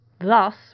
thus